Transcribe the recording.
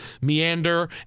meander